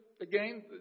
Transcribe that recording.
Again